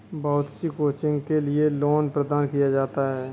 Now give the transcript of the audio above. बहुत सी कोचिंग के लिये लोन प्रदान किया जाता है